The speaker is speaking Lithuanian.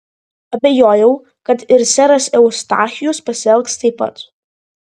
abejojau kad ir seras eustachijus pasielgs taip pat